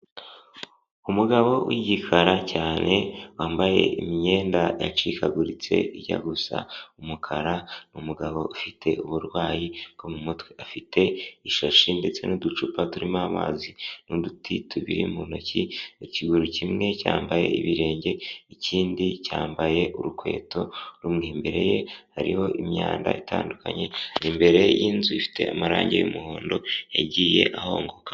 Umugabo w'igikara cyane, wambaye imyenda icikaguritse ijya gusa umukara, ni umugabo ufite uburwayi bwo mu mutwe, afite ishashi ndetse n'uducupa turimo amazi, n'uduti tubiri mu ntoki, ikiguru kimwe cyambaye ibirenge, ikindi cyambaye urukweto rumwe, imbere ye hariho imyanda itandukanye, imbere y'inzu ifite amarangi y'umuhondo yagiye ahongoka.